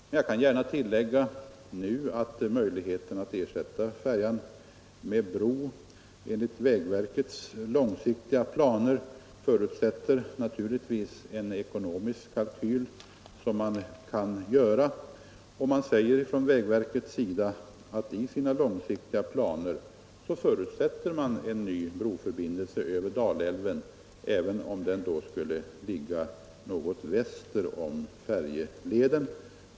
Men jag kan gärna tillägga att för att det skall bli möjligt att ersätta färjförbindelsen med bro enligt vägverkets långsiktiga planer behövs det naturligtvis en ekonomisk kalkyl. Vägverket uttalar också att verket i sina långsiktiga planer förutsätter att det skall skapas en ny broförbindelse över Dalälven, även om denna bro då skulle ligga något väster om färjleden.